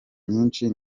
nyinshi